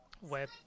web